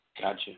Gotcha